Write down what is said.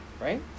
Right